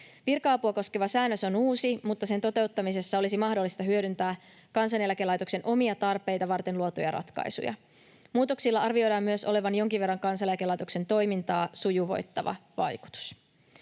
Virka-apua koskeva säännös on uusi, mutta sen toteuttamisessa olisi mahdollista hyödyntää Kansaneläkelaitoksen omia tarpeita varten luotuja ratkaisuja. Muutoksilla arvioidaan myös olevan jonkin verran Kansaneläkelaitoksen toimintaa sujuvoittava vaikutus.